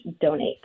donate